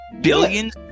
Billions